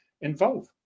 involve